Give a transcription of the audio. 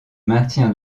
maintien